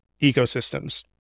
ecosystems